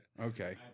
okay